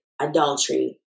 adultery